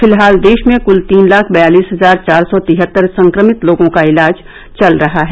फिलहाल देश में कुल तीन लाख बयालिस हजार चार सौ तिहत्तर संक्रमित लोगों का इलाज चल रहा है